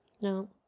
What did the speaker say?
No